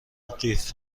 قیف